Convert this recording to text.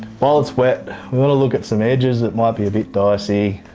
while it's wet we'll look at some edges that might be a bit dicey,